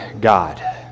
God